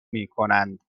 میکنند